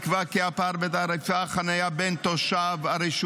נקבע כי הפער בתעריפי החניה בין תושב הרשות